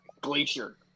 Glacier